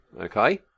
okay